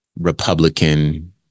Republican